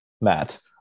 Matt